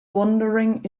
wondering